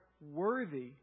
worthy